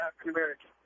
African-American